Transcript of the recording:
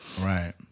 Right